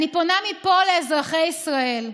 אני פונה מפה לאזרחי ישראל: